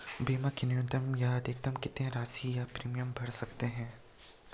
बीमा की न्यूनतम या अधिकतम कितनी राशि या प्रीमियम भर सकते हैं?